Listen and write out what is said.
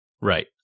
Right